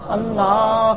Allah